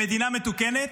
במדינה מתוקנת,